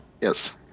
Yes